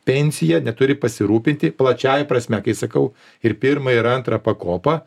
pensija neturi pasirūpinti plačiąja prasme kai sakau ir pirma ir antra pakopa